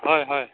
হয় হয়